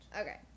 Okay